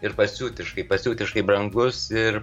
ir pasiutiškai pasiutiškai brangus ir